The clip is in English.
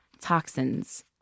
toxins